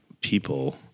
people